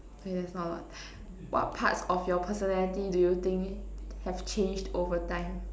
K there's not a lot what parts of your personality do you think have changed over time